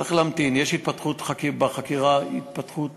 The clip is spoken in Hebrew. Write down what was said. צריך להמתין, יש התפתחות בחקירה, התפתחות